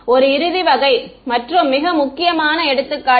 ஒரு இறுதி வகை மற்றும் மிக முக்கியமான எடுத்துக்காட்டு